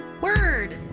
word